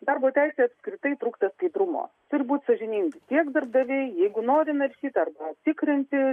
darbo teisėj apskritai trūksta skaidrumo turi būti sąžiningi tiek darbdaviui jeigu nori naršyti ar tikrinti